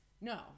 no